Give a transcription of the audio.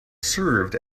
served